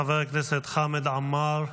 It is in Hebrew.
חבר הכנסת חמד עמאר,